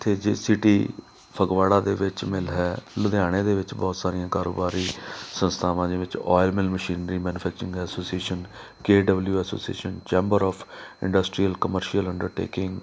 ਇੱਥੇ J C T Phagwara ਦੇ ਵਿੱਚ ਮਿੱਲ ਹੈ ਲੁਧਿਆਣੇ ਦੇ ਵਿੱਚ ਬਹੁਤ ਸਾਰੀਆਂ ਕਾਰੋਬਾਰੀ ਸੰਸਥਾਵਾਂ ਦੇ ਵਿੱਚ oil mill machinery manufacturing association K W association chamber of industrial commercial undertaking